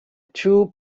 two